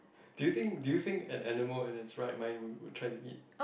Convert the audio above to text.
do you think do you think an enamor in the try my try to eat